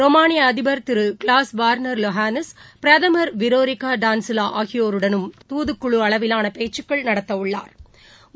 ரொமானியஅதிபர் திருகிளாஸ் Werner Iohannis பிரதமர் விரோரிகாடான்ஸிலாஆகியோருடனும் தூத்துக்குஅளவிலானபேச்சுக்கள் நடத்தவுள்ளாா்